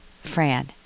Fran